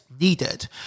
Needed